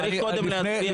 צריך קודם להצביע בעד.